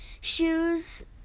shoes